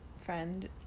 friend